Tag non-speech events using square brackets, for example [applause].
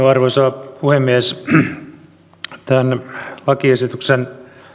[unintelligible] arvoisa puhemies tämän lakiesityksen